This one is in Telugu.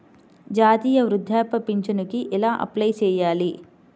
జాతీయ వృద్ధాప్య పింఛనుకి ఎలా అప్లై చేయాలి?